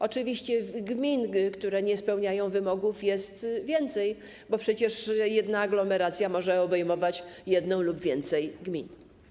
Oczywiście gmin, które nie spełniają wymogów, jest więcej, bo przecież jedna aglomeracja może obejmować jedną lub więcej gmin.